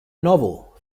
novel